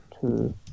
two